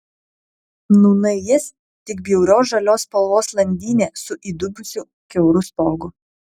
nūnai jis tik bjaurios žalios spalvos landynė su įdubusiu kiauru stogu